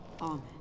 Amen